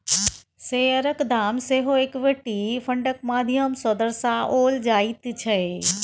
शेयरक दाम सेहो इक्विटी फंडक माध्यम सँ दर्शाओल जाइत छै